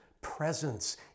presence